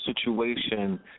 situation